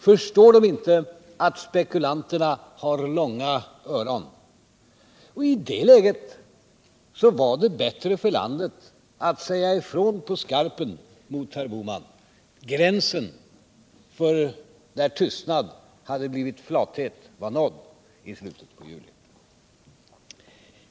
Förstår de inte att spekulanterna har långa öron? I det läget var det bättre för landet att vi sade ifrån på skarpen till herr Bohman. Gränsen för när tystnad hade blivit flathet var nådd i slutet av juli.